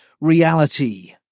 reality